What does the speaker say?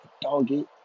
doggy